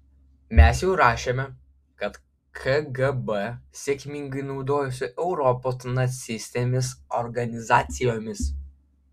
mes jau rašėme kad kgb sėkmingai naudojosi europos nacistinėmis organizacijomis